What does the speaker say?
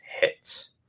hits